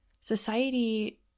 Society